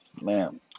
Man